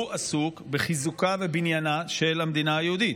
הוא עסוק בחיזוקה ובבניינה של המדינה היהודית,